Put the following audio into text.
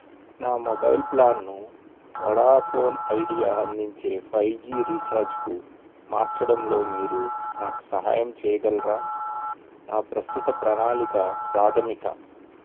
నా మొబైల్ ప్లాన్ను Vodafone Idea అందించే ఫైవ్ జీ రీఛార్జ్కు మార్చడంలో మీరు నాకు సహాయం చేయగలరా నా ప్రస్తుత ప్రణాళిక ప్రాథమిక